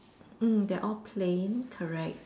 mm they're all plain correct